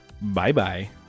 Bye-bye